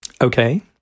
Okay